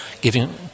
giving